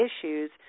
issues